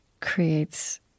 creates